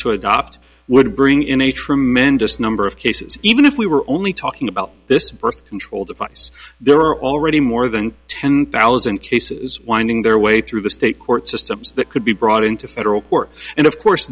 to adopt would bring in a tremendous number of cases even if we were only talking about this birth control device there are already more than ten thousand cases winding their way through the state court systems that could be brought into federal court and of course